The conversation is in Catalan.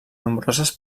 nombroses